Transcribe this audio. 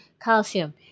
calcium